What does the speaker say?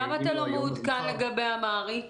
למה אתה לא מעודכן לגבי אמהרית?